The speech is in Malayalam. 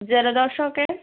ജലദോഷമൊക്കെ